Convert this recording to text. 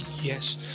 Yes